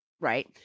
right